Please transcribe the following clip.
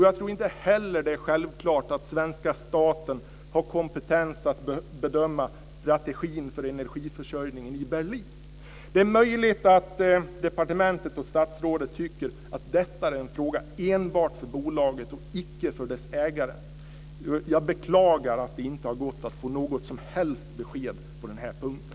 Jag tror inte heller att det är självklart att svenska staten har kompetens att bedöma strategin för energiförsörjningen i Berlin. Det är möjligt att departementet och statsrådet tycker att detta är en fråga enbart för bolaget och icke för dess ägare. Jag beklagar att det inte har gått att få något som helst besked på den här punkten.